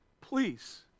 Please